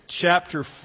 chapter